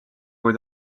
kui